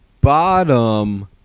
bottom